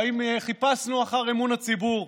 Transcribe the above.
והאם חיפשנו אחר אמון הציבור?